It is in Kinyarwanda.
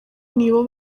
nibo